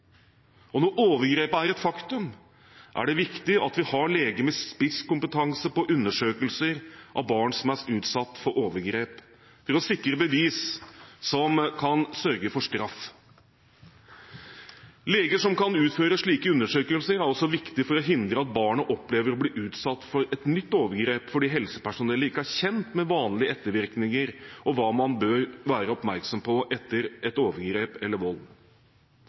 Når overgrepet er et faktum, er det viktig at vi har legenes spisskompetanse på undersøkelser av barn som er utsatt for overgrep, for å sikre bevis som kan sørge for straff. Leger som kan utføre slike undersøkelser, er viktig for å hindre at barnet opplever å bli utsatt for et nytt overgrep, fordi helsepersonell ikke er kjent med vanlige ettervirkninger og hva man bør være oppmerksom på etter et overgrep eller vold.